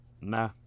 Nah